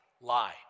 lie